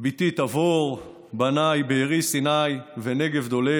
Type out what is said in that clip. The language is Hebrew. בתי תבור, בניי בארי, סיני ונגב-דולב,